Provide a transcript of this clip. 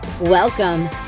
Welcome